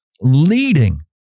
leading